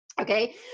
Okay